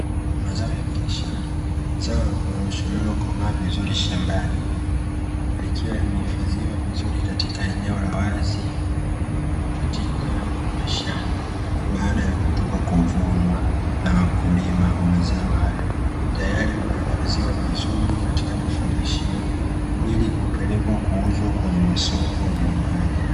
Mazao ya biashara, zao la korosho lililokomaa vizuri shambani likiwa limehifadhiwa vizuri katika eneo la wazi katika shamba baada ya kutoka kuvunwa na wakulima wa mazao hayo, tayari kwa kuhifadhiwa vizuri katika vifungashio ili kupelekwa kuuzwa kwenye masoko mbalimbali.